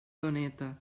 doneta